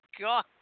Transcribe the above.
God